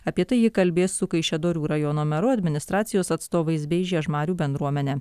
apie tai ji kalbės su kaišiadorių rajono meru administracijos atstovais bei žiežmarių bendruomene